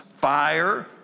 fire